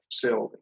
facility